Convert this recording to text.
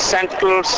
Central